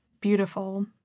beautiful